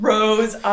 Rose